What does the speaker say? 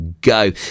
go